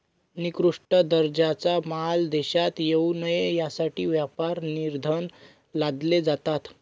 निकृष्ट दर्जाचा माल देशात येऊ नये यासाठी व्यापार निर्बंध लादले जातात